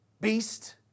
beast